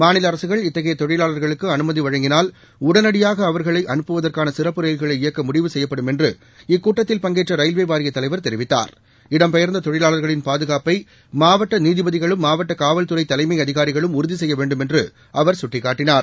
மாநில அரசுகள் இத்தகைய தொழிலாளர்களுக்கு அனுமதி வழங்கினால் உடனடியாக அவர்களை அனுப்புவதற்கான சிறப்பு ரயில்களை இயக்க முடிவு செய்யப்படும் என்று இக்கூட்டத்தில் பங்கேற்ற ரயில்வே வாரியத் தலைவர் தெரிவித்தார் இடம் பெயர்ந்த தொழிவாளர்களின் பாதுகாப்பை மாவட்ட நீதிபதிகளும் மாவட்ட காவல் துறைத் தலைமை அதிகாரிகளும் உறுதிசெய்யவேண்டும் என்று அவர் சுட்டிக்காட்டினார்